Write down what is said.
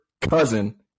cousin